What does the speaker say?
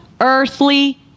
earthly